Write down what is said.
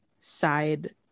side